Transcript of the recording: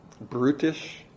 brutish